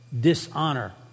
dishonor